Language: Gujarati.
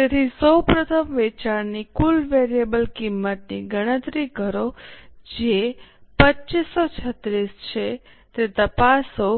તેથી સૌ પ્રથમ વેચાણની કુલ વેરીએબલ કિંમતની ગણતરી કરો જે 2536 છે તે તપાસો